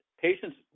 patients